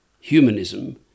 Humanism